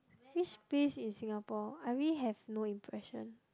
which place in Singapore I really have no impression